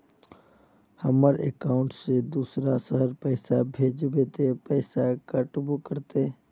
हमर अकाउंट से दूसरा शहर पैसा भेजबे ते पैसा कटबो करते?